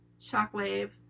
Shockwave